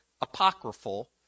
apocryphal